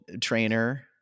trainer